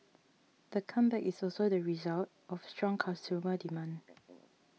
the comeback is also the result of strong consumer demand